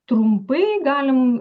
trumpai galim